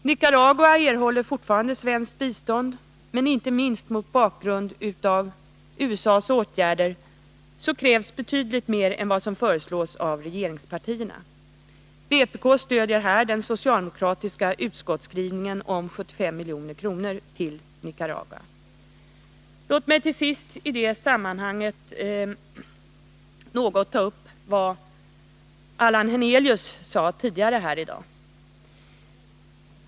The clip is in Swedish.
Nicaragua erhåller fortfarande svenskt bistånd, men inte minst mot bakgrund av USA:s åtgärder krävs betydligt mer än vad som föreslås av regeringspartierna. Vpk stödjer här den socialdemokratiska utskottsskrivningen om 75 milj.kr. till Nicaragua. Låt mig till sist i det sammanhanget ta upp något av vad Allan Hernelius sade tidigare i dag.